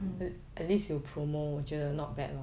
mm